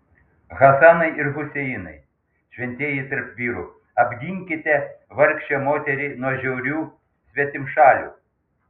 hasanai ir huseinai šventieji tarp vyrų apginkite vargšę moterį nuo žiaurių svetimšalių